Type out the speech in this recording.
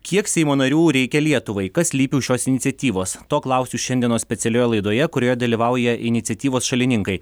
kiek seimo narių reikia lietuvai kas slypi už šios iniciatyvos to klausiu šiandienos specialioje laidoje kurioje dalyvauja iniciatyvos šalininkai